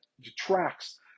detracts